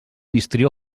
histrió